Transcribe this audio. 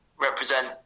represent